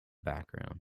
background